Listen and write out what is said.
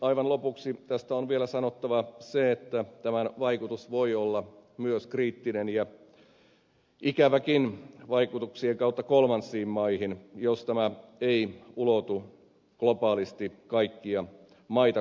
aivan lopuksi tästä on vielä sanottava se että tämän vaikutus voi olla myös kriittinen ja ikäväkin vaikutuksien kautta kolmansiin maihin jos tämä ei ulotu globaalisti kaikkia maita koskevaan muotoonsa